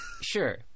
sure